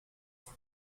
for